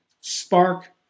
spark